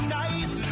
nice